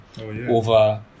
over